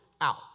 out